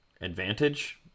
Advantage